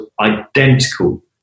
identical